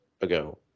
ago